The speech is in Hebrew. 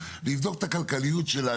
לבדוק את הכלכליות שלה,